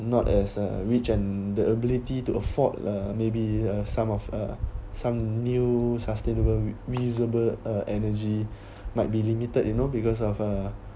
not as a rich and the ability to afford uh maybe some of uh some new sustainable reusable uh energy might be limited you know because of uh